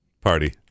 party